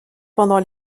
pendant